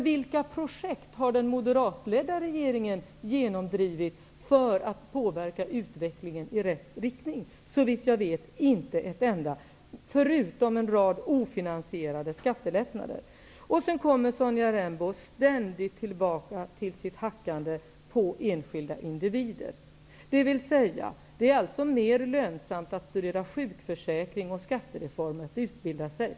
Vilka projekt har den moderatledda regeringen genomdrivit för att påverka utvecklingen i rätt riktning? Såvitt jag vet inte ett enda, förutom en rad ofinansierade skattelättnader. Sonja Rembo kommer ständigt tillbaka till sitt hackande på enskilda individer, dvs. att det är mer lönsamt att ''studera'' sjukförsäkring och skattereformer än att utbilda sig.